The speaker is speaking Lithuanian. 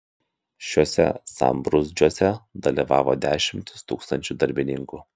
šiuose sambrūzdžiuose dalyvavo dešimtys tūkstančių darbininkų